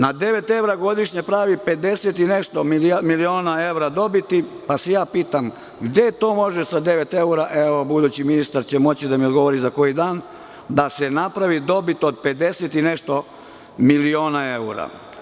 Na devet evra godišnje pravi pedeset i nešto miliona evra dobiti, pa se ja pitam, gde to može sa devet eura, budući ministar će moći da mi odgovori za koji dan, da se napravi dobit od pedeset i nešto miliona evra.